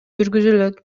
жүргүзүлөт